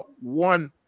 one